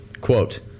Quote